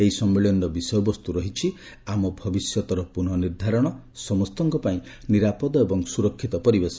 ଏହି ସମ୍ମଳିନୀର ବିଷୟବସ୍ତୁ ରହିଛି ଆମ ଭବିଷ୍ୟତର ପୁନଃନିର୍ଦ୍ଧାରଣ ସମସ୍ତଙ୍କ ପାଇଁ ନିରାପଦ ଏବଂ ସୁରକ୍ଷିତ ପରିବେଶ